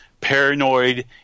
paranoid